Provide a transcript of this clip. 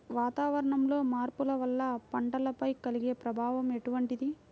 వాతావరణంలో మార్పుల వల్ల పంటలపై కలిగే ప్రభావం ఎటువంటిది?